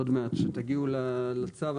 עוד מעט כשתגיעו לצו.